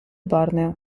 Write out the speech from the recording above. borneo